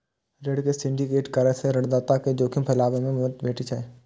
ऋण के सिंडिकेट करै सं ऋणदाता कें जोखिम फैलाबै मे मदति भेटै छै